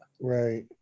Right